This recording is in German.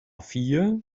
vier